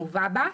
המובא בה,